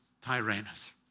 Tyrannus